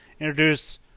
introduce